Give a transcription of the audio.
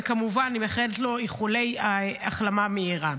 ואני כמובן מאחלת לו איחולי החלמה מהירה.